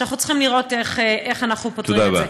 ואנחנו צריכים לראות איך אנחנו פותרים את זה.